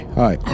hi